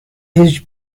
his